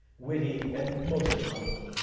witty, and mostly humble.